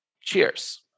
cheers